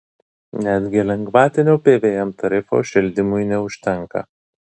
netgi lengvatinio pvm tarifo šildymui neužtenka